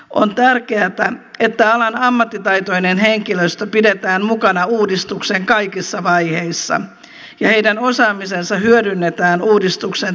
on tärkeätä että alan ammattitaitoinen henkilöstö pidetään mukana uudistuksen kaikissa vaiheissa ja heidän osaamisensa hyödynnetään uudistuksen toteuttamisessa